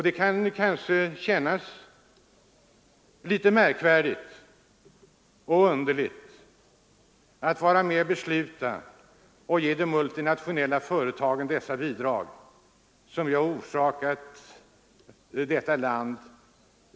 Det kan kanske kännas litet märkvärdigt och underligt att vara med och besluta om att ge sådana här bidrag till de multinationella företagen, vilka har orsakat så stora skador i detta land.